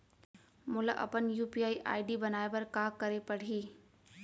मोला अपन UPI ID बनाए बर का करे पड़ही?